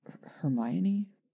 Hermione